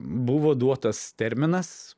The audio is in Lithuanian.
buvo duotas terminas